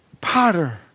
potter